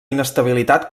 inestabilitat